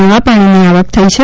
નવા પાણીની આવક થઇ છે